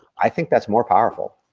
i think that's more powerful.